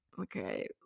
okay